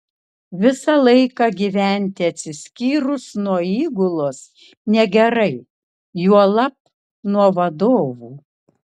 visą laiką gyventi atsiskyrus nuo įgulos negerai juolab nuo vadovų